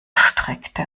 streckte